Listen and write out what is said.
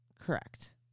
Correct